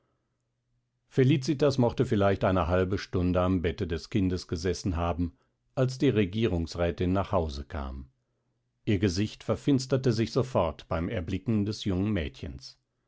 felicitas mochte vielleicht eine halbe stunde am bette des kindes gesessen haben als die regierungsrätin nach hause kam ihr gesicht verfinsterte sich sofort beim erblicken des jungen mädchens